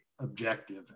objective